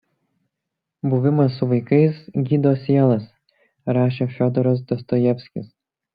buvimas su vaikais gydo sielas rašė fiodoras dostojevskis